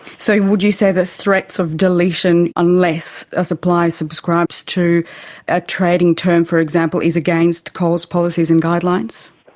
so would you say the threats of deletion unless a supplier subscribes to a trading term, for example, is against coles policies and guidelines?